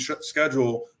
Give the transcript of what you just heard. schedule